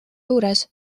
juures